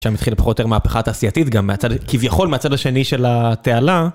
שמתחילה פחות או יותר מהפכה התעשייתית גם כביכול מהצד השני של התעלה.